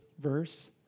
verse